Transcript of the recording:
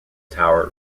tower